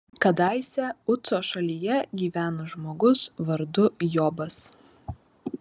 kadaise uco šalyje gyveno žmogus vardu jobas